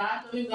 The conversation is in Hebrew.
צהריים טובים.